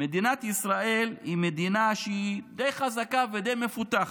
מדינת ישראל היא מדינה שהיא די חזקה ודי מפותחת,